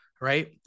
right